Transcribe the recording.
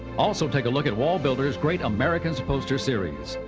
also take a look at wallbuilders' great americans poster series.